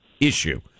issue